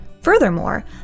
Furthermore